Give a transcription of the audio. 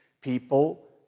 people